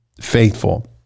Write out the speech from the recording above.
faithful